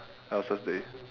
else's day